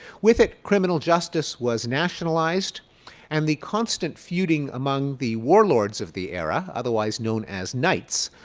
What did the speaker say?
with it criminal justice was nationalized and the constant feuding among the war lords of the era, otherwise known as knights,